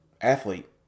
athlete